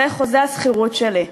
זה חוזה השכירות שלי.